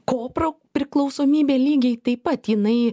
kopriklausomybė lygiai taip pat jinai